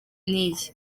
n’iyi